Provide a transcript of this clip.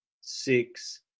six